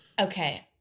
Okay